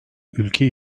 ülke